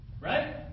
right